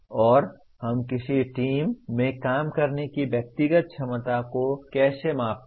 और हम किसी टीम में काम करने की व्यक्तिगत क्षमता को कैसे मापते हैं